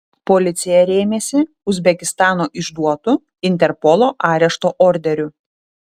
policija rėmėsi uzbekistano išduotu interpolo arešto orderiu